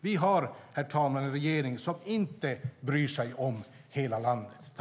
Vi har, herr talman, en regering som inte bryr sig om hela landet.